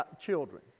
children